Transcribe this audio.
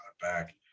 back